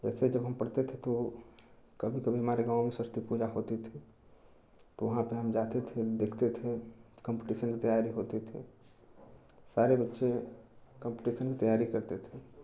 वैसे तो हम पढ़ते थे तो कभी कभी हमारे गाँव सरस्वती पूजा होती थी तो वहाँ पर हम जाते थे देखते थे कम्पटिशन्स की तैयारी करते थे सारे बच्चे कम्पटिशन की तैयारी करते थे